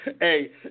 Hey